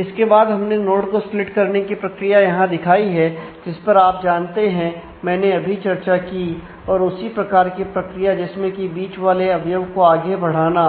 इसके बाद हमने नोड को स्प्लिट करने की प्रक्रिया यहां दिखाई है जिस पर आप जानते हैं मैंने अभी चर्चा की और उसी प्रकार की प्रक्रिया जिसमें की बीच वाले अवयव को आगे बढ़ाना